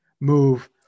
move